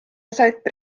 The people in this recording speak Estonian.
aset